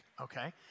okay